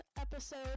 episode